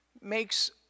makes